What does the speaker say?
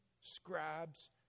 scribes